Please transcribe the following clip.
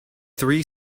three